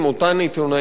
אותן עיתונאיות,